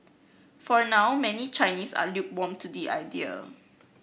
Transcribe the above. for now many Chinese are lukewarm to the idea